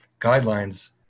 guidelines